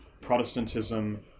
Protestantism